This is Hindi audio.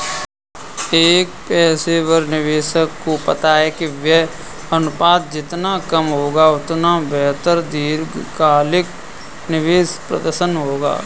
एक पेशेवर निवेशक को पता है कि व्यय अनुपात जितना कम होगा, उतना बेहतर दीर्घकालिक निवेश प्रदर्शन होगा